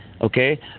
okay